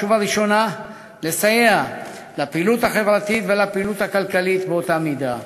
ובראשונה לסייע לפעילות החברתית ולפעילות הכלכלית באותה מידה,